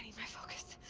my focus.